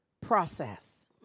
process